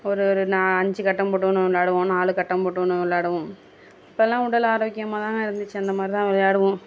ஒரு ஒரு அஞ்சு கட்டம் போட்டு ஒன்று விளாடுவோம் நாலு கட்டம் போட்டு ஒன்று விளாடுவோம் அப்போல்லா உடல் ஆரோக்கியமாகதாங்க இருந்துச்சு அந்த மாதிரிதான் விளாடுவோம்